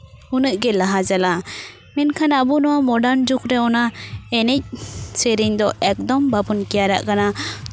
ᱩᱱᱟᱹᱜ ᱜᱮ ᱞᱟᱦᱟ ᱪᱟᱞᱟᱜᱼᱟ ᱢᱮᱱᱠᱷᱟᱱ ᱟᱵᱚ ᱱᱚᱣᱟ ᱢᱚᱰᱟᱨᱱ ᱡᱩᱜᱽ ᱨᱮ ᱚᱱᱟ ᱮᱱᱮᱡᱼᱥᱮᱨᱮᱧ ᱫᱚ ᱮᱠᱫᱚᱢ ᱵᱟᱵᱚᱱ ᱠᱮᱭᱟᱨᱟᱜ ᱠᱟᱱᱟ